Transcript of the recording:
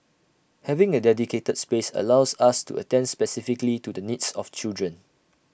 having A dedicated space allows us to attend specifically to the needs of children